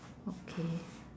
okay